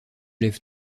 lève